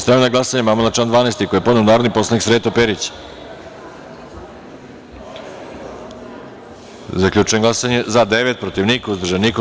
Stavljam na glasanje amandman na član 12. koji je podneo narodni poslanik Sreto Perić Zaključujem glasanje: za – devet, protiv – niko, uzdržan – niko.